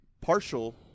Partial